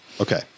Okay